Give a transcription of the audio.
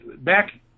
back